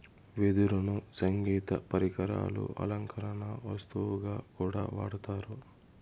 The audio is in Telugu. వెదురును సంగీత పరికరాలు, అలంకరణ వస్తువుగా కూడా వాడతారు